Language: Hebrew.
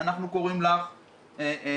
אפרת,